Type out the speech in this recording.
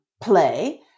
play